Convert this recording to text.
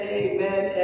amen